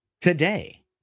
today